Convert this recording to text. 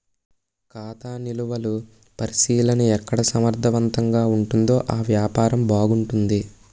ఖాతా నిలువలు పరిశీలన ఎక్కడ సమర్థవంతంగా ఉంటుందో ఆ వ్యాపారం బాగుంటుంది